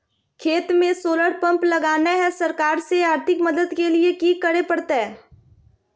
खेत में solar pump लगाना है, सरकार से आर्थिक मदद के लिए की करे परतय?